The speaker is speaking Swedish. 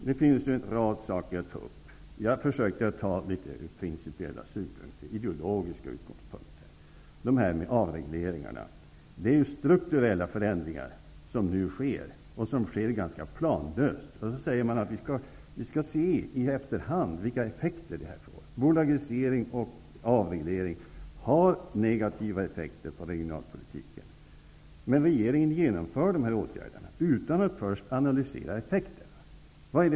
Det finns en rad saker att ta upp. Jag har försökt att framföra litet principiella synpunkter utifrån ideologiska utgångpunkter. De avregleringar som nu genomförs innebär att strukturella förändringar sker, och de sker ganska planlöst. Man säger att vi får se i efterhand vilka effekter detta får. Bolagisering och avreglering har negativa effekter på regionalpolitiken. Men regeringen genomför dessa åtgärder utan att först analysera effekterna.